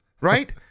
right